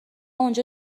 اونجا